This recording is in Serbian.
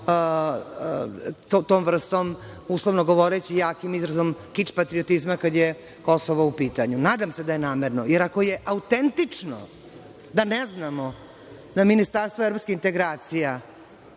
tom vrstom, uslovno govoreći, jakim izrazom, kič patriotizma kada je Kosovo u pitanju. Nadam se da je namerno, jer ako je autentično da ne znamo da ministarstvo evropskih integracija